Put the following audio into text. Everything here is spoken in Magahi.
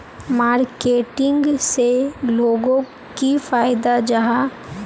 मार्केटिंग से लोगोक की फायदा जाहा?